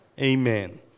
Amen